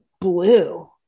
blue